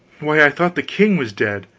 why, i thought the king was dead,